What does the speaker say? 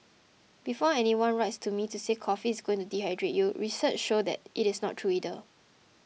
before anyone writes to me to say coffee is going to dehydrate you research shows that it is not true either